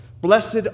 blessed